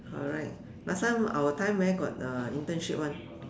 correct last time our time where got uh internship [one]